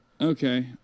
Okay